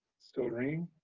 still ringing?